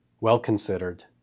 well-considered